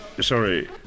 Sorry